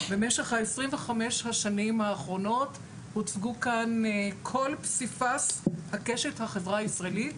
במשך ה-25 השנים האחרונות הוצגו כאן כל פסיפס הקשת בחברה הישראלית,